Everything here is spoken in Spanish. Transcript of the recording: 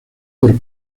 por